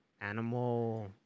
animal